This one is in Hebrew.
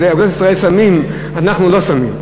באגודת ישראל שמים, אנחנו לא שמים.